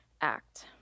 act